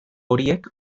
horiek